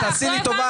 תתבייש.